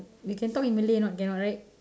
we can talk in malay or not cannot right